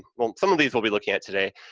well, some of these, we'll be looking at today,